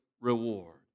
reward